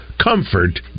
comfort